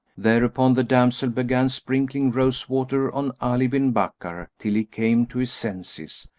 thereupon the damsel began sprinkling rose-water on ali bin bakkar till he came to his senses,